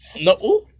No